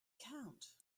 count